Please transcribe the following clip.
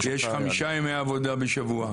יש 5 ימי עבודה בשבוע.